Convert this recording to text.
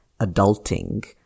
adulting